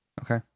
Okay